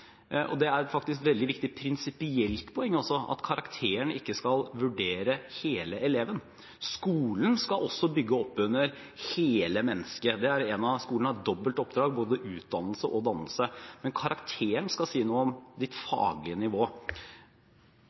Og det er faktisk også et veldig viktig prinsipielt poeng at karakteren ikke skal vurdere hele eleven. Skolen skal også bygge opp under hele mennesket. Skolen har et dobbelt oppdrag, både utdannelse og dannelse. Men karakteren skal si noe om elevens faglige nivå.